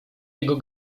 jego